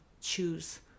choose